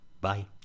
bye